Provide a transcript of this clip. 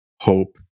hope